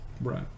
right